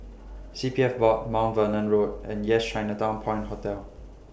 C P F Board Mount Vernon Road and Yes Chinatown Point Hotel